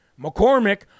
McCormick